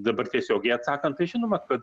dabar tiesiogiai atsakant tai žinoma ka